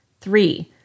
Three